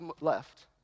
left